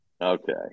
Okay